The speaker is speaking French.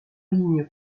ligne